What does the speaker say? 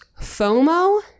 FOMO